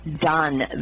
done